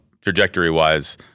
trajectory-wise